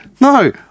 No